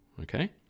Okay